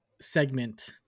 segment